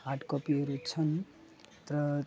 हार्डकपीहरू छन् त